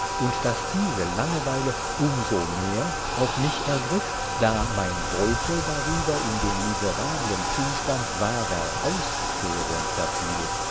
und daß diese langeweile um so mehr auch mich ergriff da mein beutel darüber in den miserablen zustand wahrer auszehrung verfiel